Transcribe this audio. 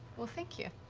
well, thank you.